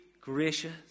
gracious